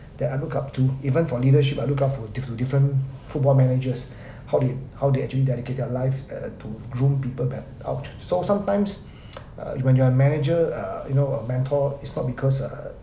that I look up to even for leadership I look up for diffe~ different football managers how do you how they actually dedicate their life to rule people be~ out so sometimes uh when you are manager uh you know a mentor is not because uh